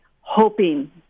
hoping